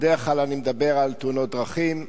בדרך כלל אני מדבר על תאונות דרכים,